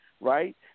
right